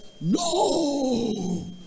No